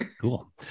Cool